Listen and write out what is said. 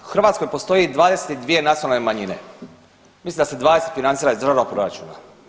U Hrvatskoj postoji 22 nacionalne manjine, mislim da se 20 financira iz državnog proračuna.